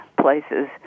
places